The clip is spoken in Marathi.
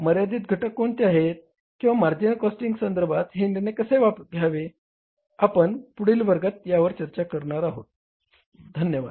मर्यादित घटक कोणते आहेत किंवा मार्जिनल कॉस्टिंग संधर्भात हे निर्णय कसे घ्यावे आपण पुढील वर्गात यावर चर्चा करणार आहोत धन्यवाद